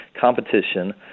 competition